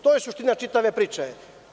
To je suština čitave priče.